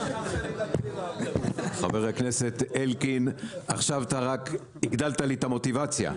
חבר הכנסת אלקין, עכשיו הגדלת לי את המוטיבציה.